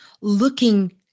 looking